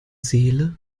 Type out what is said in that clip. seele